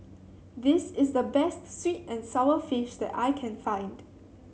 this is the best sweet and sour fish that I can find